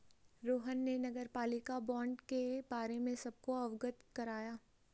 रोहन ने नगरपालिका बॉण्ड के बारे में सबको अवगत कराया